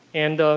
and